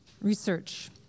Research